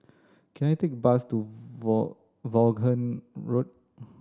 can I take a bus to Vaughan Road